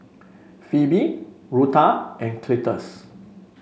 Phoebe Rutha and Cletus